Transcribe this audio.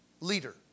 leader